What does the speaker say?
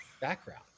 background